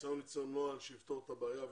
ניסיון ליצור נוהל שיפתור את הבעיה,